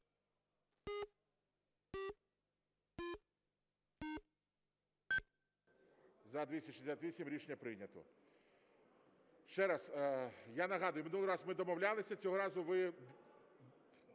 За-268 Рішення прийнято. Ще раз, я нагадую, минулий раз ми домовлялися, цього разу ви